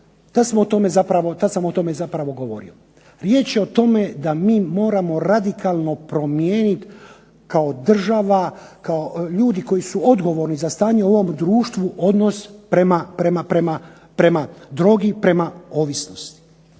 tad sam o tome zapravo govorio. Riječ je o tome da mi moramo radikalno promijeniti kao država, kao ljudi koji su odgovorni za stanje u ovom društvu, odnos prema drogi i prema ovisnosti.